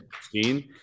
seen